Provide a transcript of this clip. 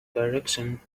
direction